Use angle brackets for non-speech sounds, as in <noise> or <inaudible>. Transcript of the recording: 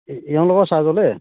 এ এওঁলোকৰ <unintelligible>